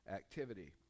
activity